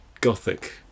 gothic